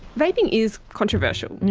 vaping is controversial. yeah,